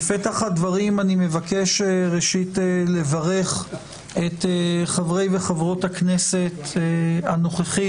בפתח הדברים אני מבקש לברך את חברי וחברות הכנסת הנוכחית,